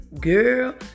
girl